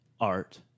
art